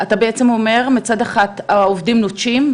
אתה בעצם אומר שמצד אחד העובדים נוטשים,